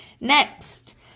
Next